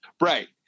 Right